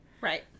Right